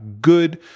good